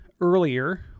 earlier